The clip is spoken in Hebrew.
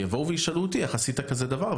יבואו וישאלו אותי איך עשית כזה דבר,